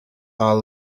are